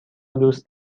دوست